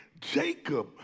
Jacob